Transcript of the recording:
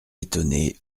étonné